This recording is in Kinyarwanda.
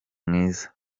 mwiza